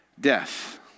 death